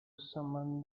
summon